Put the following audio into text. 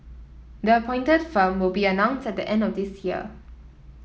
the appointed firm will be announced at the end of this year